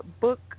book